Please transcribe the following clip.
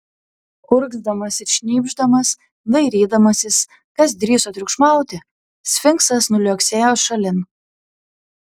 urgzdamas ir šnypšdamas dairydamasis kas drįso triukšmauti sfinksas nuliuoksėjo šalin